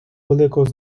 великого